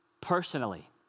personally